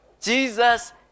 Jesus